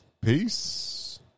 Peace